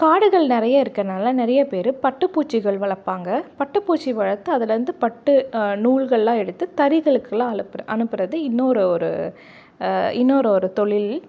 காடுகள் நிறையா இருக்கிறனால நிறையா பேர் பட்டுப் பூச்சிகள் வளர்ப்பாங்க பட்டுப் பூச்சி வளர்த்து அதுலேருந்து பட்டு நூல்களெலாம் எடுத்து தறிகளுக்கெலாம் அலுப்புற அனுப்புவது இன்னொரு ஒரு இன்னொரு ஒரு தொழில்